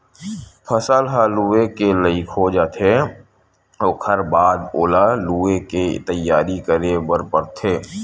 फसल ह लूए के लइक हो जाथे ओखर बाद ओला लुवे के तइयारी करे बर परथे